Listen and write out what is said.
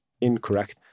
incorrect